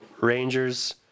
Rangers